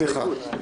סליחה.